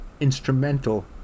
instrumental